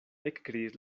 ekkriis